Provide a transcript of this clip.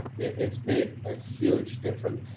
it's made a huge difference.